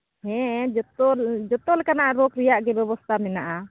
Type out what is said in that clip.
ᱦᱮᱸ ᱡᱚᱛᱚ ᱡᱚᱛᱚ ᱞᱮᱠᱟᱱᱟᱜ ᱨᱳᱜᱽ ᱨᱮᱭᱟᱜ ᱜᱮ ᱵᱮᱵᱚᱥᱛᱷᱟ ᱢᱮᱱᱟᱜᱼᱟ